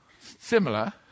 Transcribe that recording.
Similar